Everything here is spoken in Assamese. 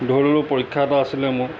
ধৰি ল'লোঁ পৰীক্ষা এটা আছিলে মোৰ